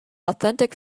authentic